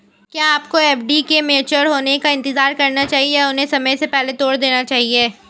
क्या आपको एफ.डी के मैच्योर होने का इंतज़ार करना चाहिए या उन्हें समय से पहले तोड़ देना चाहिए?